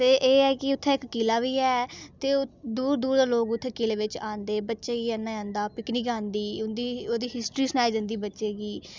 ते एह् ऐ कि उत्थै इक किला बी ऐ ते ओ दूर दूर दे लोक उत्थै किले बिच औंदे बच्चें गी आह्नेआ जंदा पिकनिक औंदी उं'दी ओह्दी हिस्ट्री सनाई जंदी बच्चें गी